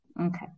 okay